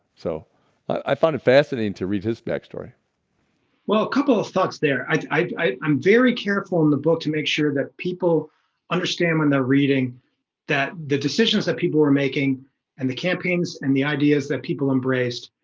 so i found it fascinating to read his backstory well a couple of thoughts there. i i i'm very careful in the book to make sure that people understand when they're reading that the decisions that people were making and the campaigns and the ideas that people embraced